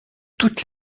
toutes